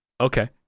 okay